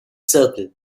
circle